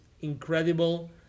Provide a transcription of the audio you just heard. incredible